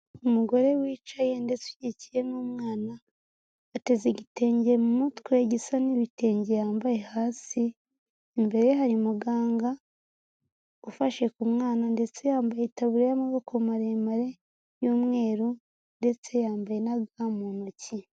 Umugore wicaye ndetse ukukiye n'umwana, ateze igitenge mu mutwe gisa nk'ibitenge yambaye hasi, imbere ye hari muganga ufashe ku mwana ndetse yambaye itaburiya y'amaboko maremare, y'umweru ndetse yambaye na ga mu ntoki.